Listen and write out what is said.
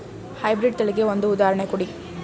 High breed ತಳಿಗೆ ಒಂದು ಉದಾಹರಣೆ ಕೊಡಿ?